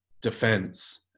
defense